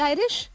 Irish